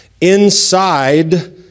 Inside